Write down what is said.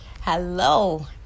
hello